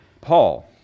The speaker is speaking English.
Paul